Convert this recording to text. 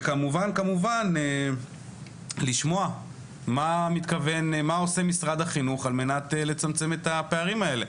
וכמובן כמובן לשמוע מה עושה משרד החינוך על מנת לצמצם את הפערים האלה.